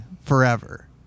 forever